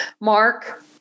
Mark